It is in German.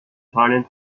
italien